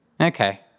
Okay